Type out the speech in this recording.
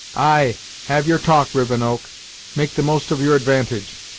ay, have your talk, rivenoak make the most of your advantage.